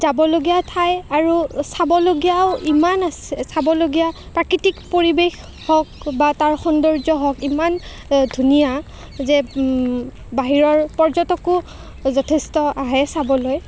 যাবলগীয়া ঠাই আৰু চাবলগীয়াও ইমান আছে চাবলগীয়া প্ৰাকৃতিক পৰিৱেশ হওক বা তাৰ সৌন্দৰ্য হওক ইমান ধুনীয়া যে বাহিৰৰ পৰ্যটকো যথেষ্ট আহে চাবলৈ